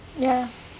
ya